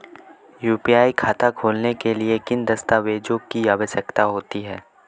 UPI खाता खोलने के लिए किन दस्तावेज़ों की आवश्यकता होती है?